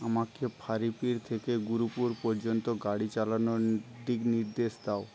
আমাকে ফারিপির থেকে গুরুপুর পর্যন্ত গাড়ি চালানোর দিকনির্দেশ দাও